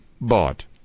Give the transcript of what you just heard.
bought